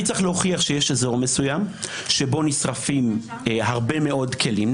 אני צריך להוכיח שיש אזור מסוים שבו נשרפים הרבה מאוד כלים,